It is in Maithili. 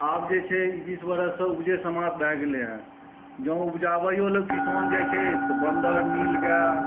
आब जे छै ई बीस बरस सऽ उपजे समाप्त भए गेलै हॅं जॅं उपजाबैयो लए किसान जाइ छै तँ बन्दर नीलगाय